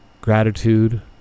gratitude